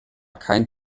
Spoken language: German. keinen